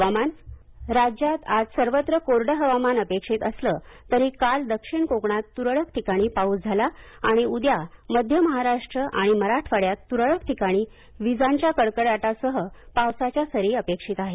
हवामान राज्यात आज सर्वत्र कोरडं हवामान अपेक्षित असलं तरी काल दक्षिण कोकणात तुरळक ठिकाणी पाऊस झाला आणि उद्या मध्य महाराष्ट्र आणि मराठवाड्यात तुरळक ठिकाणी विजांच्या कडकडाटासह पावसाच्या सरी अपेक्षित आहेत